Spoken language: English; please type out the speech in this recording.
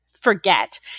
forget